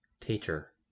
teacher